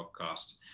podcast